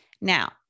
Now